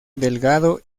delgado